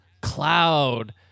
Cloud